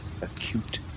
Acute